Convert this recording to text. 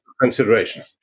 consideration